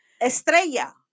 Estrella